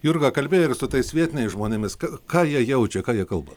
jurga kalbėjai ir su tais vietiniais žmonėmis ką jie jaučia ką jie kalba